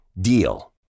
DEAL